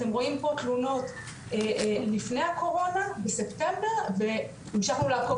אתם רואים פה תלונות לפני הקורונה בספטמבר והמשכנו לעקוב